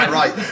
right